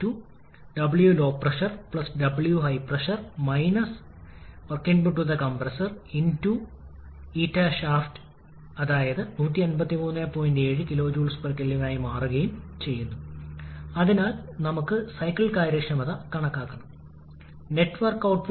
അതിനാൽ ഒരു പ്രാവശ്യം പി 1 പി 2 എന്നിവ അംഗീകരിക്കേണ്ടിവരുമെന്ന് തിരിച്ചറിയേണ്ടതുണ്ട് അത് പ്രാരംഭ മർദ്ദ നിലയും അന്തിമ മർദ്ദ നിലയും പി 1 ടി 1 എന്നിവയുള്ള പ്രാരംഭ സംസ്ഥാന പോയിന്റുമാണ് അതിനുശേഷം ഏത് പിഐയ്ക്കാണ് നമുക്ക് ഏറ്റവും കുറഞ്ഞത് ആവശ്യമുള്ളത് വർക്ക് ഇൻപുട്ട്